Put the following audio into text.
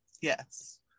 Yes